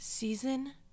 Season